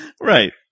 Right